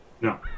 No